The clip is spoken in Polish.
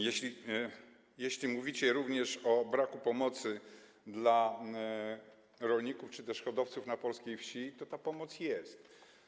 Jeśli mówicie również o braku pomocy dla rolników czy też hodowców na polskiej wsi, to ta pomoc jest.